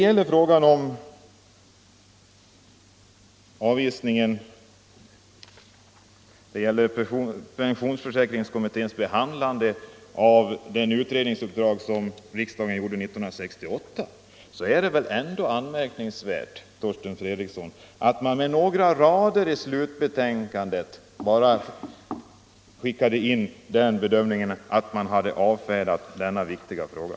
När det gäller pensionsförsäkringskommitténs handhavande av det utredningsuppdrag som den fick av riksdagen 1968 är det väl ändå anmärkningsvärt att den med några rader i slutbetänkandet avfärdar denna viktiga fråga.